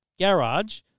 garage